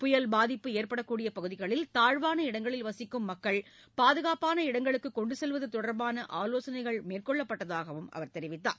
புயல் பாதிப்பு ஏற்படக்கூடியபகுதிகளில் தாழ்வான இடங்களில் வசிக்கும் மக்களைபாதுகாப்பான இடங்களுக்குகொண்டுசெல்வதுதொடர்பானஆலோசனைகள் அவர் தெரிவித்தார்